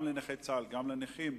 גם לנכי צה"ל וגם לנכים,